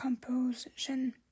Composition